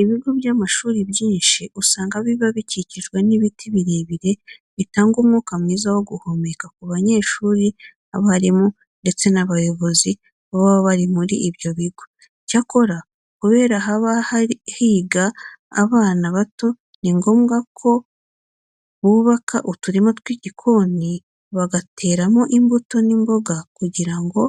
Ibigo by'amashuri byinshi usanga biba bikikijwe n'ibiti birebire bitanga umwuka mwiza wo guhumeka ku banyeshuri, abarimu ndetse n'abayobozi baba bari muri ibyo bigo. Icyakora kubera ko haba higa abana bato ni ngombwa ko bubaka uturima tw'igikoni bagateramo imbuto n'imboga kugira ngo